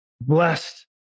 blessed